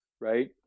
Right